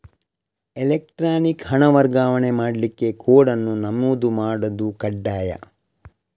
electronic ಹಣ ವರ್ಗಾವಣೆ ಮಾಡ್ಲಿಕ್ಕೆ ಕೋಡ್ ಅನ್ನು ನಮೂದು ಮಾಡುದು ಕಡ್ಡಾಯ